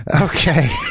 Okay